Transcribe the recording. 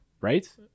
Right